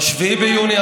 ב-7 ביוני,